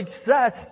success